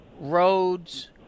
roads